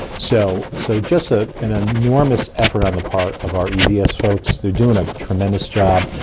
so so just ah an enormous effort on the part of our evs folks. they're doing a tremendous job,